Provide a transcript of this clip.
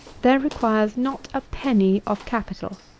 there requires not a penny of capital.